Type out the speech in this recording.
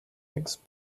eggs